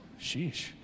sheesh